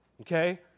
Okay